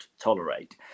tolerate